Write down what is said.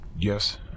Yes